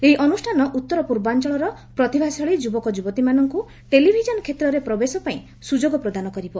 ଏହି ଅନୁଷ୍ଠାନ ଉତ୍ତର ପୂର୍ବାଞ୍ଚଳର ପ୍ରତିଭାଶାଳୀ ଯୁବକଯୁବତୀମାନଙ୍କୁ ଟେଲିଭିଜନ କ୍ଷେତ୍ରରେ ପ୍ରବେଶ ପାଇଁ ସୁଯୋଗ ପ୍ରଦାନ କରିବ